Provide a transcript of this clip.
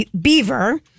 Beaver